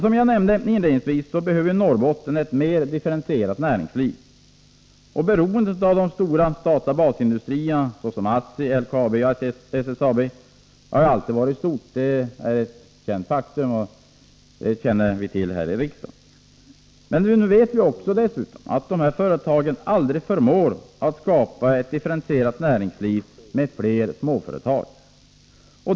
Som jag nämnde inledningsvis behöver Norrbotten ett mer differentierat näringsliv. Beroendet av de stora statliga basindustrierna såsom ASSI, LKAB och SSAB har alltid varit stort, det är ett känt faktum. Nu vet vi dessutom att dessa företag aldrig förmår att skapa ett differentierat näringsliv med fler småföretag.